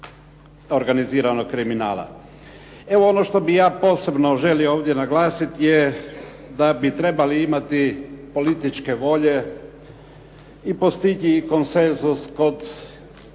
organiziranog kriminala. Evo, ono što bih ja posebno želio ovdje naglasiti je da bi trebali imati političke volje i postići i konsenzus kod